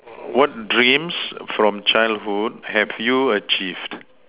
what dreams from childhood have you achieve